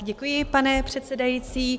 Děkuji, pane předsedající.